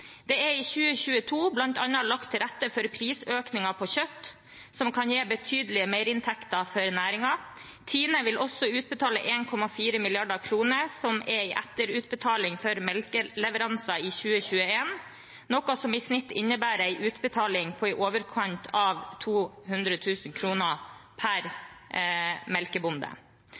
Det er i 2022 bl.a. lagt til rette for prisøkninger på kjøtt, som kan gi betydelige merinntekter for næringen. Tine vil også utbetale 1,4 mrd. kr, som er en etterutbetaling for melkeleveranser i 2021, noe som i snitt innebærer en utbetaling på i overkant av 200 000 kr per melkebonde.